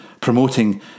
promoting